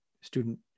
student